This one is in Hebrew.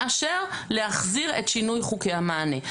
מאשר להחזיר את שינוי חוקי המענה.